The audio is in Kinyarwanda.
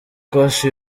koch